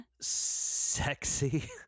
Sexy